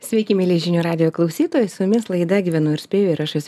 sveiki mielieji žinių radijo klausytojai su jumis laida gyvenu ir spėju ir aš jos